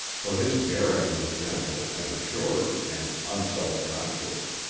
for his bearing was gentle and assured and unself-conscious,